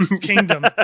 kingdom